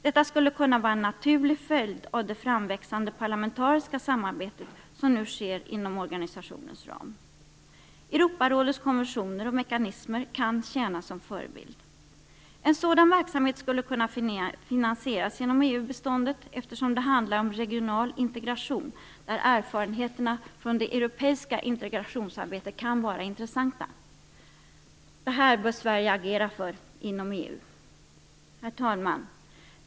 Detta skulle kunna vara en naturlig följd av det framväxande parlamentariska samarbete som nu sker inom organisationens ram. Europarådets konventioner och mekanismer skulle kunna tjäna som förebild. En sådan verksamhet skulle kunna finansieras genom EU-biståndet, eftersom det handlar om regional integration där erfarenheterna från det europeiska integrationssamarbetet kan vara intressanta. Detta bör Sverige agera för inom EU. Herr talman!